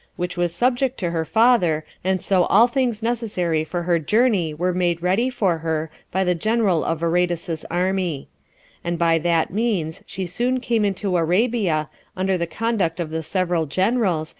which was subject to her father and so all things necessary for her journey were made ready for her by the general of aretas's army and by that means she soon came into arabia under the conduct of the several generals,